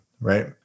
right